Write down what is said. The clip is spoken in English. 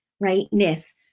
rightness